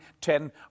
ten